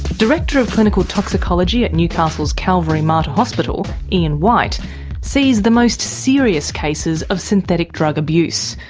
director of clinical toxicology at newcastle's calvary mater hospital ian whyte sees the most serious cases of synthetic drug abuse,